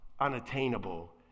unattainable